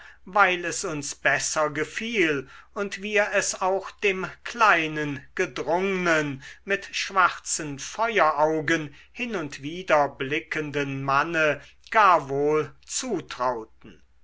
weil es uns besser gefiel und wir es auch dem kleinen gedrungnen mit schwarzen feueraugen hin und wider blickenden manne gar wohl zutrauten